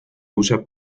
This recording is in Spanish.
usa